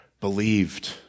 believed